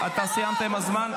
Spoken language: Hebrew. הם אומרים.